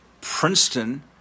Princeton